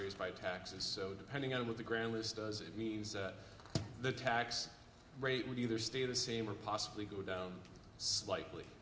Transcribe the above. raised by taxes so depending on what the grammar is does it mean the tax rate would either stay the same or possibly go down slightly